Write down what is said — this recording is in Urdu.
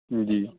جی